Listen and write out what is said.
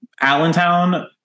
Allentown